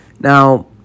Now